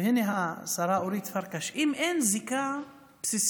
הינה השרה אורית פרקש, הוא שאם אין זיקה בסיסית